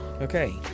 Okay